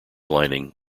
lining